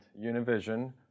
Univision